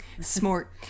Smart